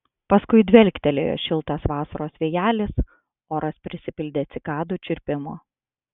paskui dvelktelėjo šiltas vasaros vėjelis oras prisipildė cikadų čirpimo